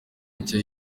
nshya